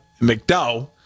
McDowell